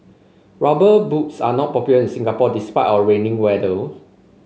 rubber boots are not popular in Singapore despite our rainy weather